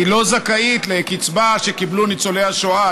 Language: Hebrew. היא לא זכאית לקצבה שקיבלו ניצולי השואה,